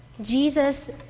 Jesus